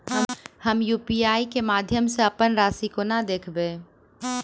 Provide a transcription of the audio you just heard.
हम यु.पी.आई केँ माध्यम सँ अप्पन राशि कोना देखबै?